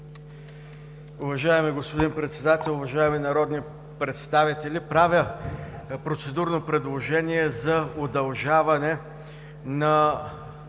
Уважаеми господин Председател, уважаеми народни представители! Правя процедурно предложение за удължаване на